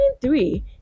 three